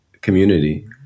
community